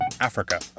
africa